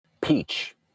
Peach